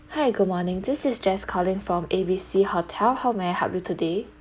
hi good morning this is jess calling from A B C hotel how may I help you today